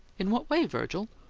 in what way, virgil?